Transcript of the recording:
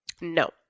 no